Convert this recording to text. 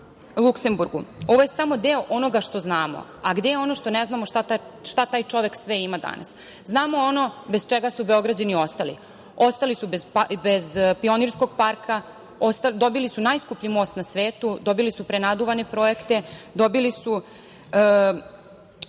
je samo deo onoga što znamo, a gde je ono što ne znamo šta taj čovek sve ima danas? Znamo ono bez čega su Beograđani ostali. Ostali su bez Pionirskog parka, dobili su najskuplji most na svetu, dobili su prenaduvane projekte, dobili su